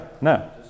no